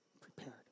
prepared